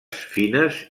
fines